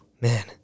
man